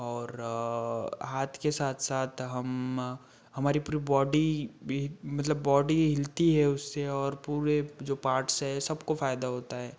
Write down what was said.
और हाथ के साथ साथ हम हमारी पूरी बॉडी भी मतलब बॉडी हिलती है उससे और पूरे जो पार्ट्स हैं सबको फ़ायदा होता है